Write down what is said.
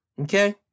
Okay